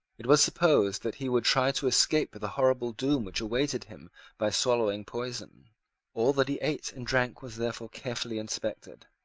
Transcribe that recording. it was supposed that he would try to escape the horrible doom which awaited him by swallowing poison all that he ate and drank was therefore carefully inspected.